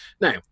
Now